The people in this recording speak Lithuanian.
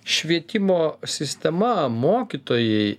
švietimo sistema mokytojai